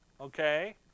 okay